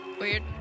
weird